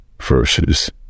verses